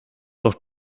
doch